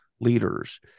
leaders